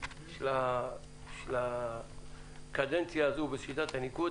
של הקדנציה הזאת בשיטת הניקוד.